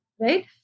Right